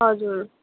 हजुर